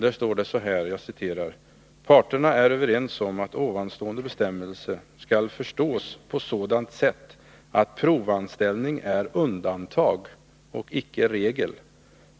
Där heter det: ”Parterna är överens om att ovanstående bestämmelse skall förstås på sådant sätt att provanställning är undantag och icke regel.